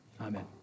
Amen